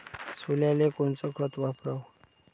सोल्याले कोनचं खत वापराव?